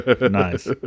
Nice